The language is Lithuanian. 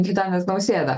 gitanas nausėda